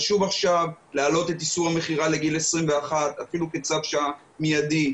חשוב להעלות עכשיו את איסור המכירה לגיל 21 ואפילו כצו שעה מיידי,